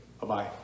Bye-bye